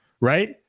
right